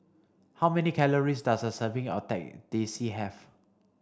how many calories does a serving of Teh C have